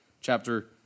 Chapter